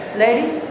ladies